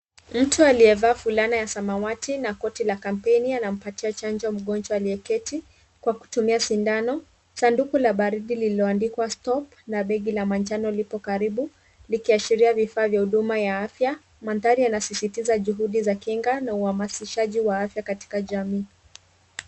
Mtu aliyevaa fulana ya Samawati na koti la kapeini anampatia chanjo mgonjwa aliyeketi kwa kutumia sindano, sanduku la baridi lililoandikwa stop na [cs[begi la manjano lipo karibu, likiashiria vifaa vya huduma ya afya. Mandhari yanasisitiza juhudi za kinga na uhamasishaji wa afya katika jamii.